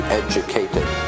educated